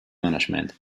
management